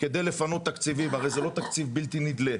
כדי לפנות תקציבים והרי זה לא תקציב בלתי נדלה,